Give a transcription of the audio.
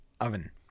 oven